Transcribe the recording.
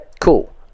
Cool